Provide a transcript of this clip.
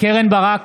קרן ברק,